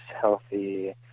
healthy